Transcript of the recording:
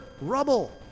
rubble